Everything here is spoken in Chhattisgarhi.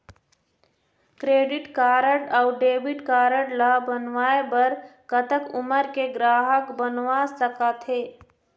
क्रेडिट कारड अऊ डेबिट कारड ला बनवाए बर कतक उमर के ग्राहक बनवा सका थे?